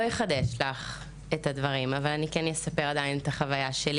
לא אחדש את הדברים אבל אספר על החוויה שלי.